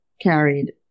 carried